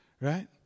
right